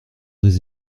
des